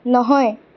নহয়